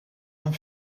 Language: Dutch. een